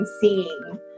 seeing